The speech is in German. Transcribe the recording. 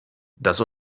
das